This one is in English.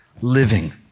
living